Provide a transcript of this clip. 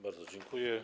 Bardzo dziękuję.